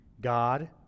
God